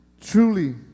truly